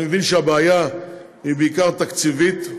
אני מבין שהבעיה היא בעיקר תקציבית,